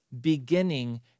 beginning